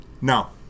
No